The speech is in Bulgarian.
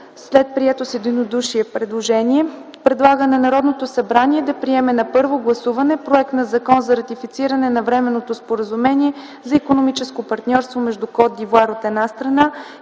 след прието с единодушие предложение, предлага на Народното събрание да приеме на първо гласуване проект на Закон за ратифициране на Временното споразумение за икономическо партньорство между Кот д’Ивоар, от една страна,